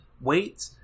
wait